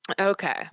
Okay